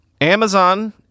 Amazon